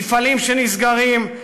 מפעלים שנסגרים,